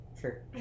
sure